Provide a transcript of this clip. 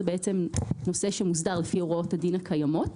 זה בעצם נושא שמוסדר לפי הוראות הדין הקיימות.